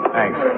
Thanks